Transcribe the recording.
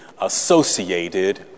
associated